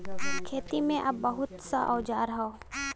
खेती में अब बहुत सा औजार हौ